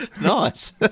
Nice